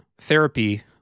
therapy